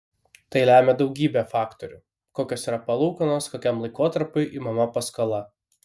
tai lemia daugybė faktorių kokios yra palūkanos kokiam laikotarpiui imama paskola